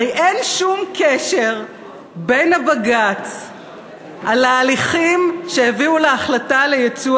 הרי אין שום קשר בין הבג"ץ על ההליכים שהביאו להחלטה על ייצוא